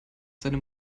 seine